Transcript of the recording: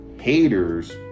haters